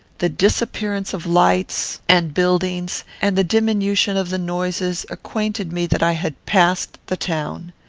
the disappearance of lights and buildings, and the diminution of the noises, acquainted me that i had passed the town.